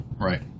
Right